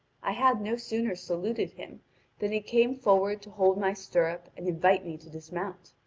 i had no sooner saluted him than he came forward to hold my stirrup and invited me to dismount.